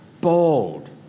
bold